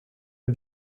est